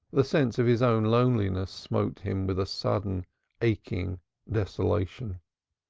the sense of his own loneliness smote him with a sudden aching desolation.